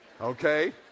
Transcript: okay